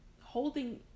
holding